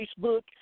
Facebook